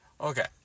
Okay